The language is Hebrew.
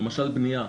למשל בנייה,